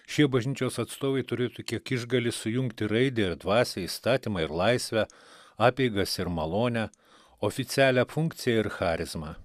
šie bažnyčios atstovai turėtų kiek išgali sujungti raidę ir dvasią įstatymą ir laisvę apeigas ir malonę oficialią funkciją ir charizmą